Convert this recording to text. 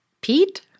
Pete